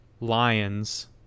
lions